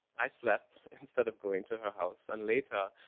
i slept instead of going to her house and later,